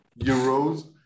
euros